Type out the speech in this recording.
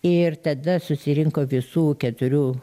ir tada susirinko visų keturių